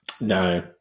No